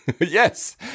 Yes